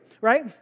Right